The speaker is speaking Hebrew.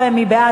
הוועדה.